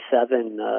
seven